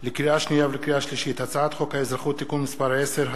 לקריאה שנייה ולקריאה שלישית: הצעת חוק האזרחות (תיקון מס' 10),